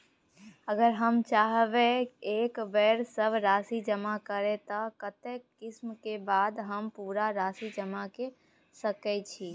अगर हम चाहबे एक बेर सब राशि जमा करे त कत्ते किस्त के बाद हम पूरा राशि जमा के सके छि?